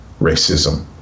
racism